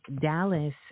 Dallas